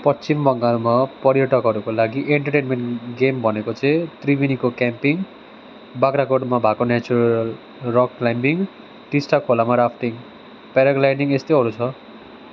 पश्चिम बङ्गालमा पर्यटकहरूको लागि एन्टरटेन्मेन्ट गेम भनेको चाहिँ त्रिवेणीको क्याम्पिङ बाग्राकोटमा भएको नेचरल रक क्लाइम्बिङ टिस्टा खोलामा राफ्टिङ प्याराग्लाइडिङ यस्तैहरू छ